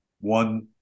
one